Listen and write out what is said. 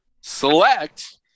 select